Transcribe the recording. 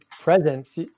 presence